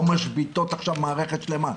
לא משביתות עכשיו מערכת שלמה'.